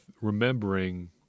remembering